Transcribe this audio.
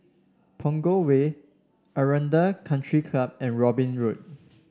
Punggol Way Aranda Country Club and Robin Road